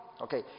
Okay